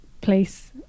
place